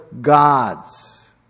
gods